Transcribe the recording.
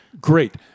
Great